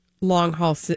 long-haul